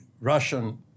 Russian